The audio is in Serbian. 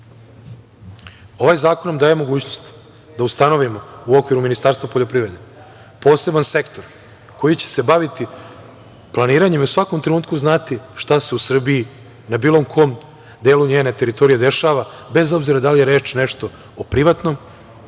Ovaj zakon nam daje mogućnost da ustanovimo u okviru Ministarstva poljoprivrede poseban sektor koji će se baviti planiranjem i u svakom trenutku znati šta se u Srbiji na bilo kom delu njene teritorije dešava, bez obzira da li je reč o privatnom